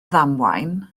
ddamwain